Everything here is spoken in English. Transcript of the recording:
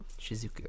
Shizuku